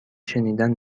شنیدن